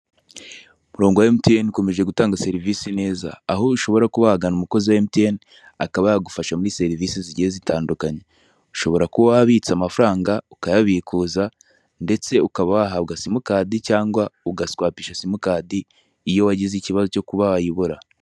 Umurongo wa MTN ukomeje gutanga serivisi neza, aho ushobora kuba wagana umukozi wa MTN akaba yagufasha muri serivisi zigiye zitandukanye, ushobora kuba wabitse amafaranga ukayabikuza, ndetse ukaba wahabwa simukadi cyangwa ugaswapisha simukadi, iyo wagize ikibazo cyo kuba wayiyobora.